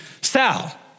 Sal